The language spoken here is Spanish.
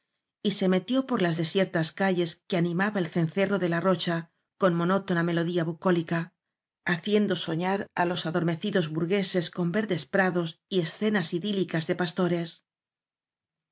almay se metió por las desiertas calles que animaba el cencerro de la rocha con monótona melodía bucólica haciendo soñar á los adormecidos burgueses con verdes prados y escenas idílicas de pastores